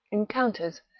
encounters,